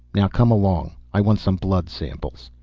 now come along, i want some blood samples.